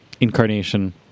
Incarnation